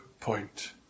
point